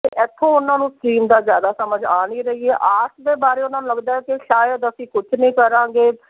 ਅਤੇ ਇੱਥੋਂ ਉਹਨਾਂ ਨੂੰ ਸਟ੍ਰੀਮ ਦਾ ਜ਼ਿਆਦਾ ਸਮਝ ਆ ਨਹੀਂ ਰਹੀ ਹੈ ਆਰਟਸ ਦੇ ਬਾਰੇ ਉਹਨਾਂ ਨੂੰ ਲੱਗਦਾ ਕਿ ਸ਼ਾਇਦ ਅਸੀਂ ਕੁਝ ਨਹੀਂ ਕਰਾਂਗੇ